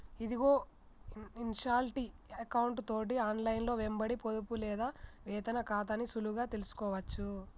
ఇదిగో ఇన్షాల్టీ ఎకౌంటు తోటి ఆన్లైన్లో వెంబడి పొదుపు లేదా వేతన ఖాతాని సులువుగా తెలుసుకోవచ్చు